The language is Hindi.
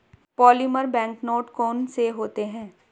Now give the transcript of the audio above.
पॉलीमर बैंक नोट कौन से होते हैं